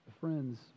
Friends